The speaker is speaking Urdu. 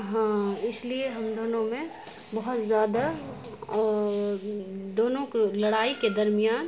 ہاں اس لیے ہم دونوں میں بہت زیادہ اور دونوں کو لڑائی کے درمیان